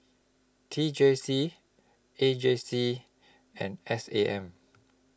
T J C A J C and S A M